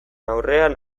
aurrean